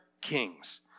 kings